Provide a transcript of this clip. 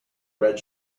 red